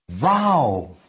Wow